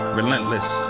relentless